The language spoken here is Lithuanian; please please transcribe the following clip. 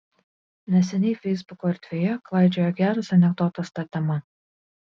neseniai feisbuko erdvėje klaidžiojo geras anekdotas ta tema